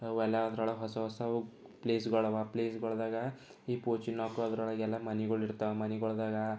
ಅವೆಲ್ಲ ಅದರೊಳಗೆ ಹೊಸ ಹೊಸವು ಪ್ಲೇಸ್ಗಳಿವೆ ಪ್ಲೇಸ್ಗಳ್ದಾಗೆ ಈ ಪೋಚಿನಾಕು ಅದರೊಳಗೆಲ್ಲ ಮನೆಗಳು ಇರ್ತವೆ ಮನೆಗೊಳಾಗ